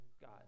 god